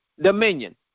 dominion